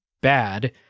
bad